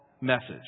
message